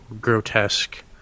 grotesque